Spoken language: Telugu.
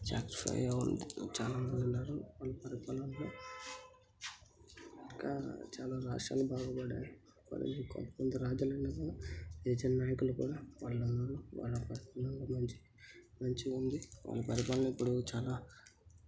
సాటిస్ఫై అవ్ చాలా మందుండారు వాళ్ళు పరిపాలనలో ఇంకా చాలా రాష్ట్రాలు బాగుపడ్డాయ్ మరి కొంతమంది రాజ్యాలన్నీ కూడా ఏ చిన్న నాయకులు కూడా వాళ్ళ వాళ్ళ పరిపాలన మంచి మంచిగా ఉంది వాళ్ళ పరిపాలన ఇప్పుడు చాలా